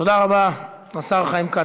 תודה רבה, השר חיים כץ.